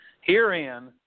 Herein